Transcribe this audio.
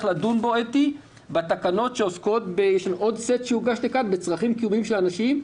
לדון בו בתקנות שעוסקות בצרכים קיומיים של אנשים,